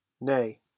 Nay